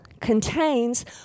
contains